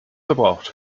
verbraucht